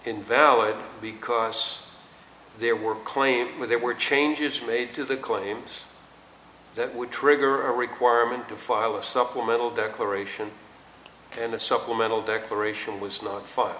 invalid because there were claims there were changes made to the claims that would trigger a requirement to file a supplemental declaration and a supplemental declaration was not f